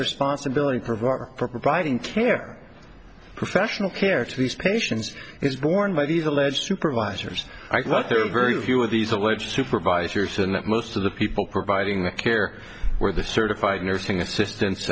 responsibility provider for providing care professional care to these patients is borne by these alleged supervisors i thought there were very few of these alleged supervisors and that most of the people providing the care where the certified nursing assistant